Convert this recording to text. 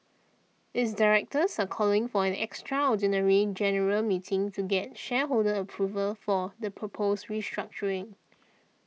its directors are calling for an extraordinary general meeting to get shareholder approval for the proposed restructuring